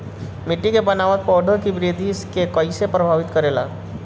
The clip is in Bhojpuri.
मिट्टी के बनावट पौधों की वृद्धि के कईसे प्रभावित करेला?